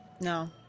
no